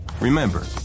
Remember